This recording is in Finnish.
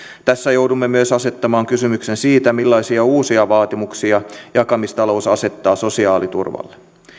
tässä joudumme myös asettamaan kysymyksen siitä millaisia uusia vaatimuksia jakamistalous asettaa sosiaaliturvalle